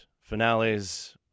finales